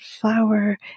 flower